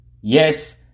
yes